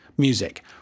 Music